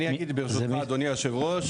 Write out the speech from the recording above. אני אגיד, ברשותך אדוני יושב הראש.